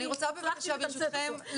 אני רוצה בבקשה ברשותכם,